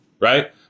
right